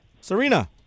Serena